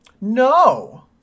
no